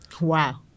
Wow